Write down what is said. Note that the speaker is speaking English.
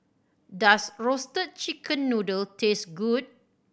does Roasted Chicken Noodle taste good